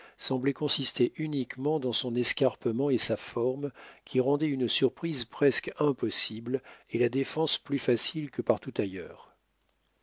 semblaient consister uniquement dans son escarpement et sa forme qui rendaient une surprise presque impossible et la défense plus facile que partout ailleurs